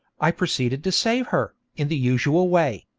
i proceeded to save her, in the usual way,